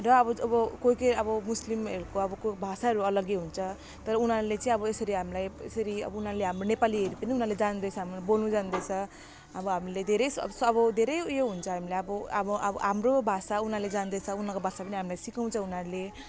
र अब कोही कोही अब मुस्लिमहरूको अब भाषाहरू अलग्गै हुन्छ तर उनीहरूले चाहिँ अब यसरी हामीलाई यसरी अब उनीहरूले हाम्रो नेपालीहरू पनि उनीहरूले जान्दछ हाम्रो बोल्नु जान्दछ अब हामीले धेरै स अब धेरै उयो हुन्छ हामीले अब अब अब हाम्रो भाषा उनीहरूले जान्दछ उनीहरूको भाषा पनि हामीलाई सिकाउँछ उनीहरूले